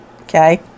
okay